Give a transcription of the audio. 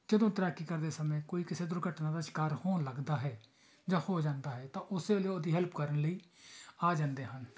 ਜਦੋਂ ਤੈਰਾਕੀ ਕਰਦੇ ਸਮੇਂ ਕੋਈ ਕਿਸੇ ਦੁਰਘਟਨਾ ਦਾ ਸ਼ਿਕਾਰ ਹੋਣ ਲੱਗਦਾ ਹੈ ਜਾਂ ਹੋ ਜਾਂਦਾ ਹੈ ਤਾਂ ਉਸੇ ਵੇਲੇ ਉਹਦੀ ਹੈਲਪ ਕਰਨ ਲਈ ਆ ਜਾਂਦੇ ਹਨ